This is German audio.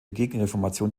gegenreformation